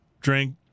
drink